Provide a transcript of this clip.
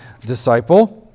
disciple